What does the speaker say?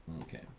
Okay